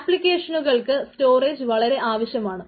ആപ്ലിക്കേഷനുകൾക്ക് സ്റ്റോറേജ് വളരെ ആവശ്യമാണ്